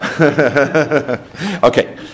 Okay